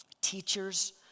teachers